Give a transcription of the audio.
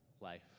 life